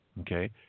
Okay